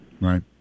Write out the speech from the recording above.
Right